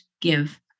give